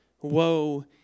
Woe